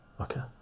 okay